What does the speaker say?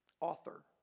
author